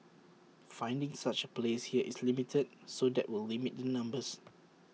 finding such A place here is limited so that will limit the numbers